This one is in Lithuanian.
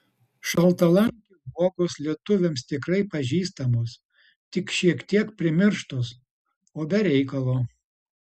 šaltalankio uogos lietuviams tikrai pažįstamos tik šiek tiek primirštos o be reikalo